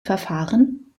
verfahren